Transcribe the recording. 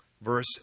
Verse